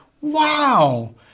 wow